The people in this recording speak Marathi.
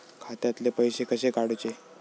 खात्यातले पैसे कसे काडूचे?